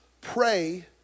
Pray